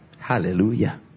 Hallelujah